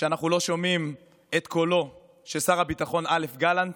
שאנחנו לא שומעים את קולו של שר הביטחון א', גלנט,